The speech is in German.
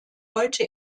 heute